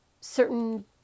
certain